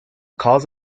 cause